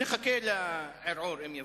נחכה לערעור, אם יבוא.